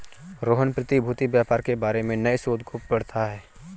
रोहन प्रतिभूति व्यापार के बारे में नए शोध को पढ़ता है